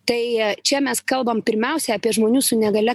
tai čia mes kalbam pirmiausia apie žmonių su negalia